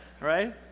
Right